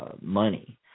money